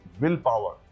willpower